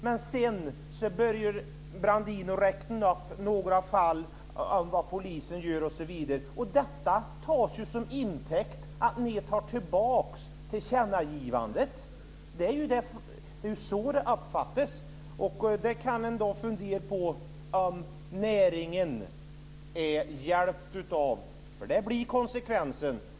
Men sedan började Brandin att räkna upp några fall, vad polisen gör osv. Och detta tas som intäkt för att ni drar tillbaka tillkännagivandet. Det är så det uppfattas. Man kan fundera på om näringen är hjälpt av det. Det blir konsekvensen.